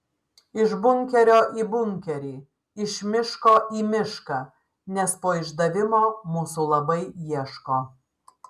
iš bunkerio į bunkerį iš miško į mišką nes po išdavimo mūsų labai ieško